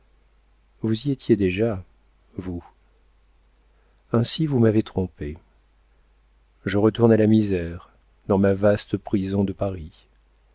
l'infini vous y étiez déjà vous ainsi vous m'avez trompé je retourne à la misère dans ma vaste prison de paris